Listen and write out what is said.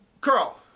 Carl